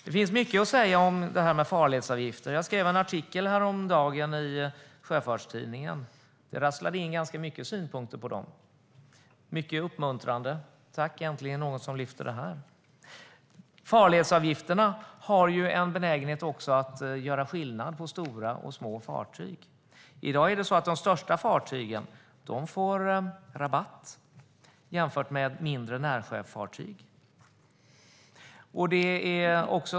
Det finns mycket att säga om detta med farledsavgifter. Häromdagen publicerade jag en artikel i Sjöfartstidningen. Det rasslade in ganska många synpunkter på den. Många var mycket uppmuntrande och sa: Tack, äntligen någon som lyfter fram det här. Farledsavgifterna har också en benägenhet att göra skillnad på stora och små fartyg. I dag får de största fartygen rabatt jämfört med mindre närsjöfartyg.